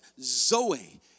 Zoe